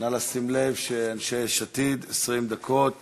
נא לשים לב, אנשי יש עתיד, 20 דקות